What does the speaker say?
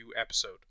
episode